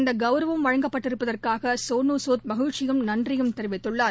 இந்தகௌரவம் வழங்கப்பட்டிருப்பதற்காகசோனு ஸூத் மகிழ்ச்சியும் தமக்கு நன்றிவும் தெரிவித்துள்ளார்